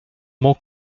more